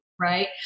Right